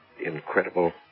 Incredible